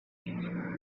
uma